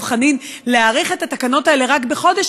חנין להאריך את התקנות האלה רק בחודש,